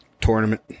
Tournament